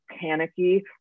panicky